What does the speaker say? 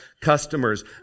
customers